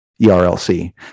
ERLC